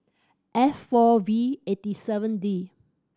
F four V eight seven D